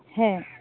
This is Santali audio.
ᱦᱮᱸ